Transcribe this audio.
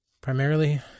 primarily